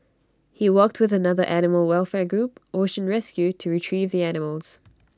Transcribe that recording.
he worked with another animal welfare group ocean rescue to Retrieve the animals